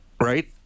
right